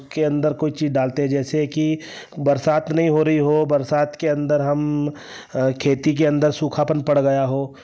उसके अंदर कोई चीज़ डालते हैं जैसे कि बरसात नहीं हो रही हो बरसात के अंदर हम खेती के अंदर सूखापन पड़ गया हो